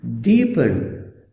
deepen